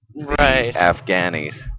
Afghanis